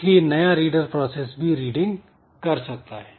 इसलिए नया reader process भी रीडिंग कर सकता है